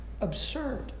absurd